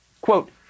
Quote